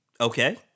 Okay